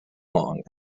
long